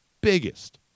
biggest